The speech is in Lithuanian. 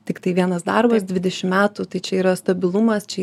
tiktai vienas darbas dvidešimt metų tai čia yra stabilumas čia